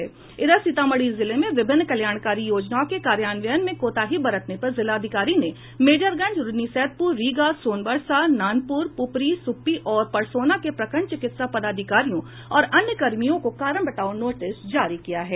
सीतामढ़ी जिले में विभिन्न कल्याणकारी योजनाओं के कार्यान्वयन में कोताही बरतने पर जिलाधिकारी ने मेजरगंज रून्नी सैदपुर रीगा सोनवर्षा नानपुर पुपरी सुप्पी और परसौनी के प्रखंड चिकित्सा पाधिकारियों और अन्य कर्मियों को कारण बताओ नोटिस जारी किया है